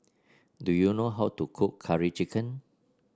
do you know how to cook Curry Chicken